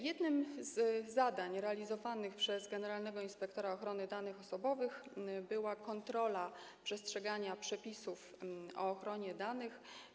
Jednym z zadań realizowanych przez generalnego inspektora ochrony danych osobowych była kontrola przestrzegania przepisów o ochronie danych.